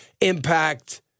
impact